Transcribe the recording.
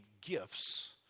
gifts